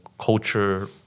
culture